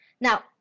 Now